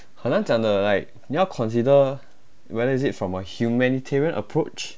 很难讲的 like 你要 consider whether is it from a humanitarian approach